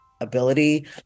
ability